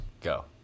Go